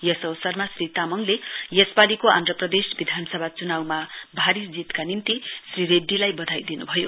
यस अवसरमा श्री तामङले यसपालिको वर्षको आन्ध्र प्रदेश विधानसभा चुनाउमा भारी जीतका निम्ति श्री रेड्डीलाई बधाई दिनु भयो